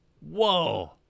Whoa